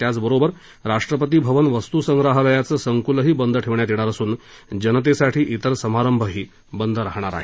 त्याचबरोबर राष्ट्रपती भवन वस्तूसंग्रहालयाचं संकुलही बंद ठेवण्यात येणार असून जनतेसाठी इतर समारंभही बंद राहणार आहेत